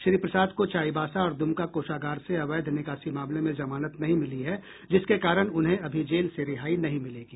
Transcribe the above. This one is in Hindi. श्री प्रसाद को चाईबासा और दुमका कोषागार से अवैध निकासी मामले में जमानत नहीं मिली है जिसके कारण उन्हें अभी जेल से रिहाई नहीं मिलेगी